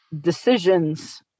decisions